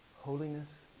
Holiness